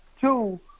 Two